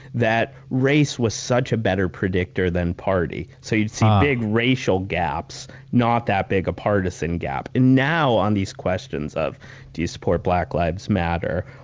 that race was such a better predictor than party. so you'd see big racial gaps, not that big a partisan gap. and now, on these questions of do you support black lives matter,